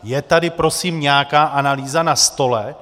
Je tady prosím nějaká analýza na stole?